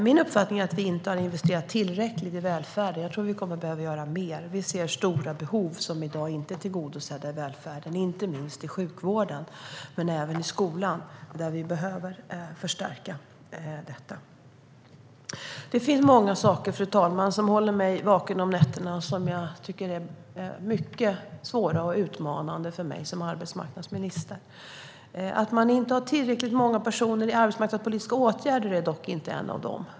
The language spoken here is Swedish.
Min uppfattning är att vi inte har investerat tillräckligt i välfärd. Vi kommer att behöva göra mer. Vi ser stora behov i välfärden som i dag inte är tillgodosedda, inte minst i sjukvården men även i skolan, där vi behöver förstärka. Det finns många saker som håller mig vaken om nätterna och som är mycket svåra och utmanande för mig som arbetsmarknadsminister. Att man inte har tillräckligt många personer i arbetsmarknadspolitiska åtgärder är dock inte en av dem.